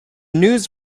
news